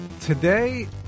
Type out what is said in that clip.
Today